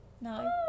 no